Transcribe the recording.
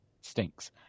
stinks